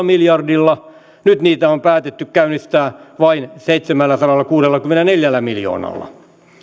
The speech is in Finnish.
miljardilla nyt niitä on päätetty käynnistää vain seitsemälläsadallakuudellakymmenelläneljällä miljoonalla